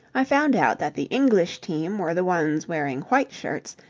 i found out that the english team were the ones wearing white shirts,